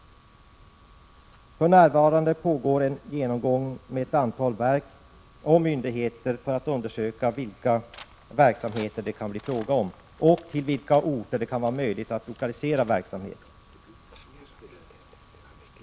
För närvarande pågår en genomgång med ett antal verk och myndigheter för att undersöka vilka verksamheter det kan bli fråga om och till vilka orter det kan vara möjligt att lokalisera verksamhet.